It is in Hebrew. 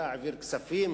העביר כספים?